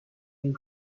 and